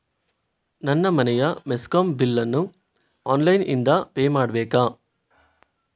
ನನ್ನ ಮನೆಯ ಮೆಸ್ಕಾಂ ಬಿಲ್ ಅನ್ನು ಆನ್ಲೈನ್ ಇಂದ ಪೇ ಮಾಡ್ಬೇಕಾ?